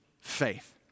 faith